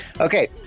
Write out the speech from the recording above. okay